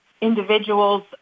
individual's